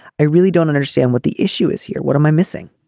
i really don't understand what the issue is here. what am i missing